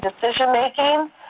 decision-making